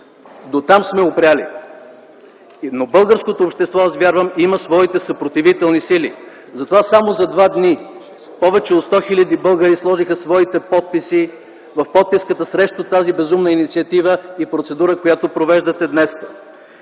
дотам сме опрели. Но българското общество, аз вярвам, има своите съпротивителни сили и затова само за два дни повече от 100 хил. българи сложиха своите подписи в подписката срещу тази безумна инициатива и процедура, която провеждате днес.